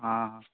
ହଁ